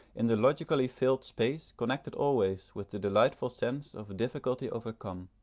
in the logically filled space connected always with the delightful sense of difficulty overcome.